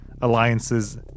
alliances